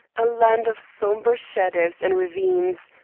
a land of sombre shadows and ravines,